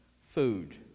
food